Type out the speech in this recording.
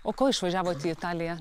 o ko išvažiavot į italiją